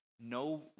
no